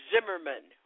Zimmerman